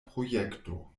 projekto